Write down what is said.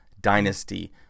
Dynasty